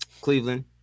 Cleveland